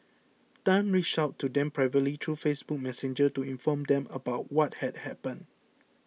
tan reached out to them privately through Facebook Messenger to inform them about what had happened